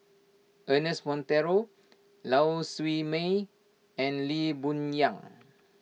Ernest Monteiro Lau Siew Mei and Lee Boon Yang